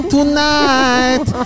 Tonight